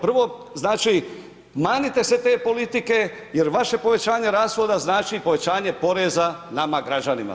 Prvo znači, manite se te politike jer vaše povećanje rashoda znači povećanje poreza nama građanima.